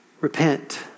Repent